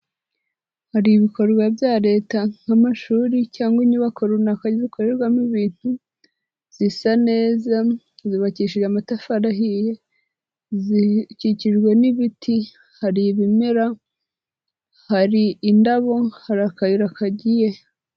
Hari ibikorwa bya leta nk'amashuri cyangwa inyubako runaka zikorerwamo ibintu, zisa neza zubakishije amatafari ahiye, zikikijwe n'ibiti, hari ibimera, hari indabo hari akayira kagiye.